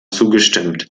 zugestimmt